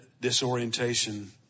disorientation